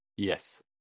Yes